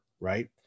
Right